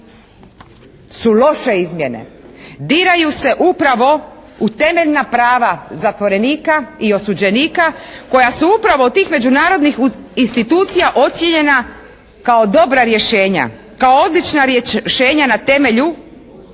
su loše izmjene. Diraju se upravo u temeljna prava zatvorenika i osuđenika koja su upravo od tih međunarodnih institucija ocijenjena kao dobra rješenja, kao odlična rješenja na temelju